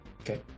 Okay